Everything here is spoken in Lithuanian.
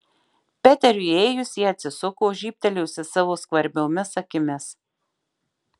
peteriui įėjus ji atsisuko žybtelėjusi savo skvarbiomis akimis